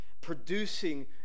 producing